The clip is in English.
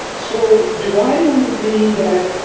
so, do i want to be that